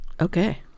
Okay